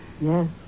Yes